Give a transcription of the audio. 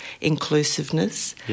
inclusiveness